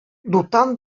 дутан